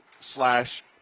slash